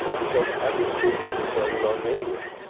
because i've been changing this all along anyway.